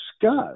discuss